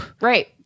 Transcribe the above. Right